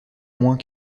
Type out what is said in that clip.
moins